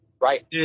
right